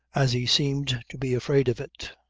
as he seemed to be afraid of it.